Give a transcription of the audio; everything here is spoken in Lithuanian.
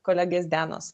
kolegės denos